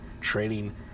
trading